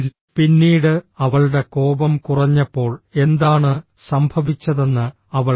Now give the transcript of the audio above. പിന്നീട് അവളുടെ കോപം കുറഞ്ഞപ്പോൾ എന്താണ് സംഭവിച്ചതെന്ന് അവൾ കണ്ടു